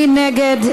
מי נגד?